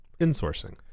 insourcing